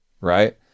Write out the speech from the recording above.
right